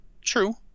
True